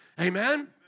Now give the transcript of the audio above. Amen